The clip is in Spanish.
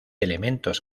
elementos